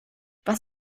was